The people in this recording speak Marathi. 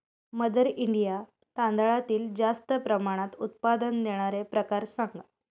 मदर इंडिया तांदळातील जास्त प्रमाणात उत्पादन देणारे प्रकार सांगा